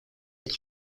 its